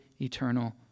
eternal